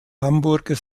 hamburger